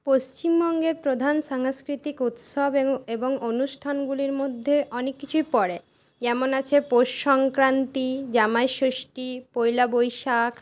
পশ্চিমবঙ্গের প্রধান সাংস্কৃতিক উৎসব এবং অনুষ্ঠানগুলির মধ্যে অনেক কিছুই পরে যেমন আছে পৌষ সংক্রান্তি জামাইষষ্ঠী পয়লা বৈশাখ